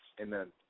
Amen